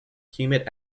humid